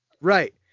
right